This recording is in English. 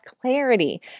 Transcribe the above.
clarity